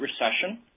Recession